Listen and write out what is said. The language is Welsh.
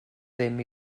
ddim